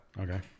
Okay